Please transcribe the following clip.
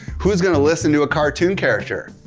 who's gonna listen to a cartoon character?